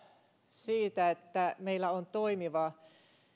siitä että meillä on toimiva